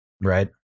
Right